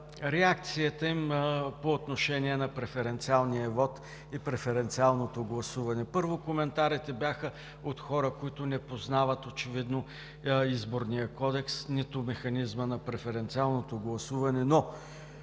реакцията им по отношение на преференциалния вот и преференциалното гласуване. Първо, коментарите бяха от хора, които очевидно не познават Изборния кодекс, нито механизма на преференциалното гласуване, но